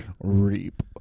Reap